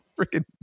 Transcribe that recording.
Freaking